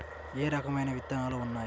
ఏ రకమైన విత్తనాలు ఉన్నాయి?